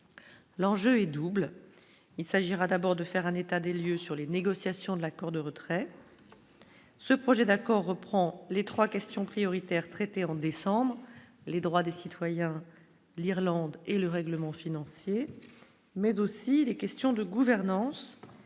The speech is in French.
L'enjeu est double : il s'agira d'abord de faire un état des lieux sur les négociations de l'accord de retrait. Ce projet d'accord reprend les 3 questions prioritaires traités en décembre, les droits des citoyens, l'Irlande et le règlement financier mais aussi les questions de gouvernance